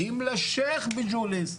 באים לשיח' בג'וליס,